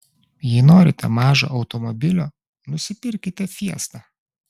jei norite mažo automobilio nusipirkite fiesta